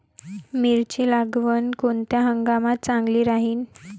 मिरची लागवड कोनच्या हंगामात चांगली राहीन?